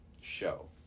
show